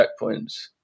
checkpoints